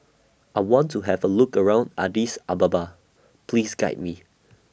I want to Have A Look around Addis Ababa Please Guide We